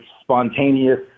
spontaneous